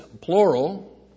plural